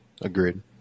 Agreed